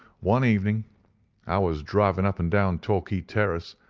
one evening i was driving up and down torquay terrace,